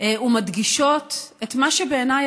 ומדגישות את מה שבעיניי,